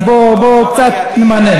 אז בוא קצת תמנן.